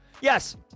yes